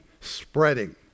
spreading